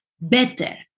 better